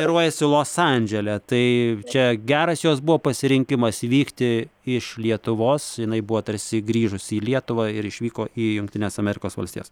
treniruojasi los andžele tai čia geras jos buvo pasirinkimas vykti iš lietuvos jinai buvo tarsi grįžusi į lietuvą ir išvyko į jungtines amerikos valstijas